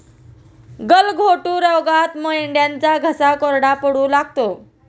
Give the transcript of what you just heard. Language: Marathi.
गलघोटू रोगात मेंढ्यांचा घसा कोरडा पडू लागतो